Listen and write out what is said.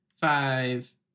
Five